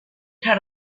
had